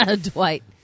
Dwight